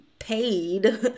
paid